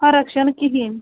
فرٕق چھَنہٕ کِہیٖنٛۍ